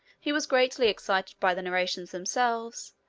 he was greatly excited by the narrations themselves,